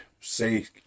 say